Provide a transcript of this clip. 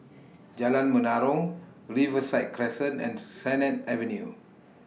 Jalan Menarong Riverside Crescent and Sennett Avenue